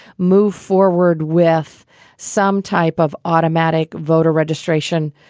move forward with some type of automatic voter registration.